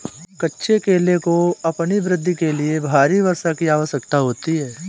कच्चे केले को अपनी वृद्धि के लिए भारी वर्षा की आवश्यकता होती है